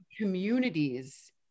communities